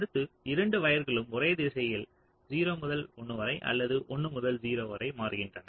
அடுத்து இரண்டு வயர்களும் ஒரே திசையில் 0 முதல் 1 வரை அல்லது 1 முதல் 0 வரை மாறுகின்றன